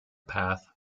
path